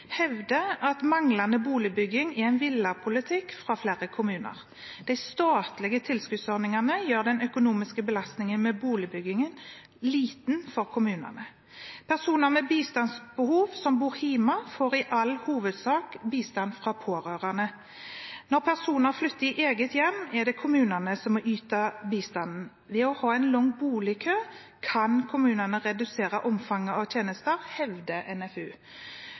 hevder at manglende boligbygging er en villet politikk i flere kommuner. De statlige tilskuddsordningene gjør den økonomiske belastningen med boligbyggingen liten for kommunene. Personer med bistandsbehov som bor hjemme, får i all hovedsak bistand fra pårørende. Når personer flytter i eget hjem, er det kommunene som må yte bistanden. Ved å ha en lang boligkø kan kommunene redusere omfanget av tjenester, hevder NFU.